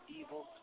evil